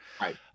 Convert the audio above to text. Right